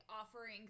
offering